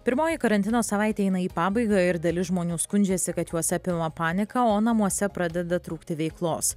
pirmoji karantino savaitė eina į pabaigą ir dalis žmonių skundžiasi kad juos apima panika o namuose pradeda trūkti veiklos